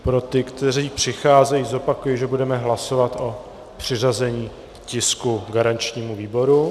Pro ty, kteří přicházejí, zopakuji, že budeme hlasovat o přiřazení tisku garančnímu výboru.